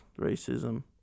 racism